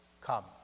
come